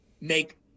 make